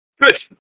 Good